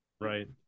right